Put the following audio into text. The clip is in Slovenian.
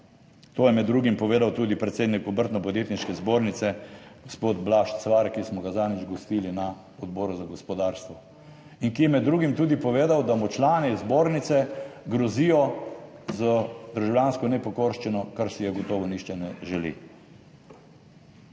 To je med drugim povedal tudi predsednik Obrtno-podjetniške zbornice gospod Blaž Cvar, ki smo ga zadnjič gostili na Odboru za gospodarstvo in ki je med drugim tudi povedal, da mu člani zbornice grozijo z državljansko nepokorščino, kar si je gotovo nihče ne želi.